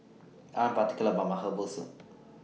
I'm particular about My Herbal Soup